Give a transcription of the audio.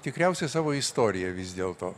tikriausiai savo istorija vis dėlto